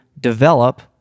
develop